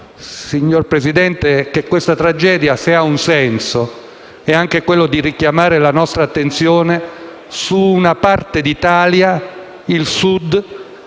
signor Presidente, che, se questa tragedia ha un senso, è anche quello di richiamare la nostra attenzione su una parte d'Italia, il Sud,